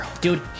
Dude